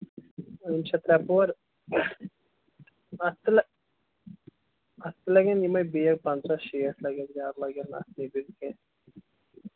یِم چھا ترٛےٚ پُوہَر اَتھ تہِ اَتھ تہِ لگن یِمے بیگ پَنٛژاہ شیٹھ لَگن زیادٕ لَگن اَتھ نَیبٕرۍ کیٚنٛہہ